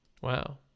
wow